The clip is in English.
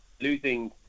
losing